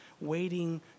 waiting